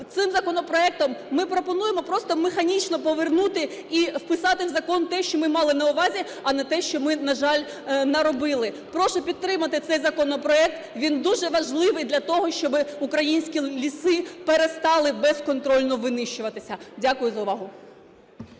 Цим законопроектом ми пропонуємо просто механічно повернути і вписати в закон те, що ми мали на увазі, а не те, що ми, на жаль, наробили. Прошу підтримати цей законопроект, він дуже важливий для того, щоб українські ліси перестали безконтрольно винищуватися. Дякую за увагу.